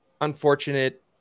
unfortunate